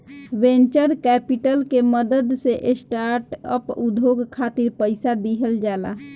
venture capital के मदद से स्टार्टअप उद्योग खातिर पईसा दिहल जाला